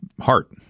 heart